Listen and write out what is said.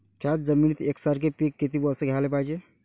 थ्याच जमिनीत यकसारखे पिकं किती वरसं घ्याले पायजे?